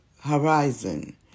horizon